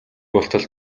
болтол